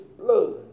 blood